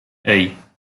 hey